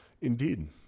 Indeed